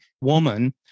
woman